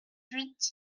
huit